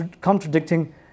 contradicting